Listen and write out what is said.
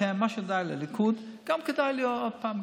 לכן מה שכדאי לליכוד גם כדאי לי עוד פעם,